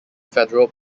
federal